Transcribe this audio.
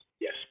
Yes